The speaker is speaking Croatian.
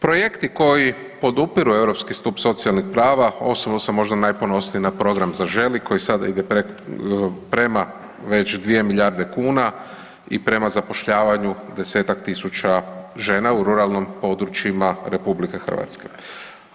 Projekti koji podupiru europski stup socijalnih prava osobno sam možda najponosniji na program „Zaželi“ koji sada ide prema već 2 milijardi kuna i prema zapošljavanu 10-tak tisuća žena u ruralnim područjima Republika Hrvatske.